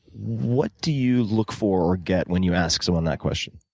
what do you look for or get when you ask someone that question?